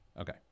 Okay